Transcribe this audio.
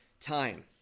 time